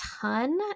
ton